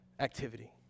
activity